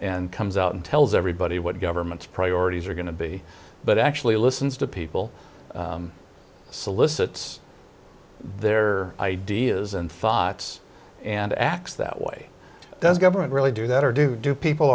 and comes out and tells everybody what government's priorities are going to be but actually listens to people solicits their ideas and thoughts and acts that way does government really do that or do do people